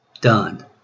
Done